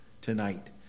tonight